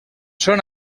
són